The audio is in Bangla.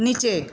নিচে